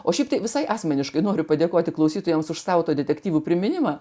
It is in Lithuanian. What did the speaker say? o šiaip tai visai asmeniškai noriu padėkoti klausytojams už sau tų detektyvų priminimą